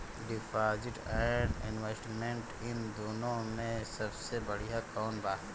Deposit and investment इन दुनो मे से सबसे बड़िया कौन बा?